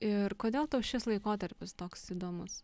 ir kodėl tau šis laikotarpis toks įdomus